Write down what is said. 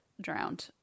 drowned